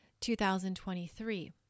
2023